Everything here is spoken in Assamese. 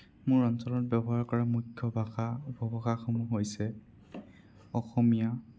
মোৰ অঞ্চলত ব্যৱহাৰ কৰা মূখ্য ভাষা উপ ভাষাসমূহ হৈছে অসমীয়া